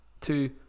Two